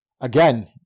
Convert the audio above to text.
again